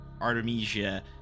Artemisia